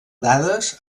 dades